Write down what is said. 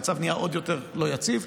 המצב נהיה עוד יותר לא יציב.